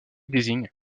désigne